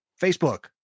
Facebook